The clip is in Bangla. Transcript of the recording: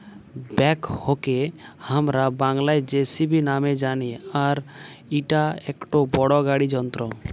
ব্যাকহোকে হামরা বাংলায় যেসিবি নামে জানি আর ইটা একটো বড় গাড়ি যন্ত্র